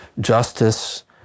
justice